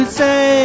say